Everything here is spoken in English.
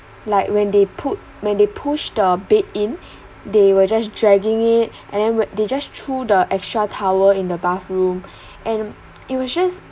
like when they put when they push the bed in they were just dragging it and then they just threw the extra tower in the bathroom and it was just